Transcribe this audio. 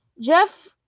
Jeff